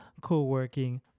co-working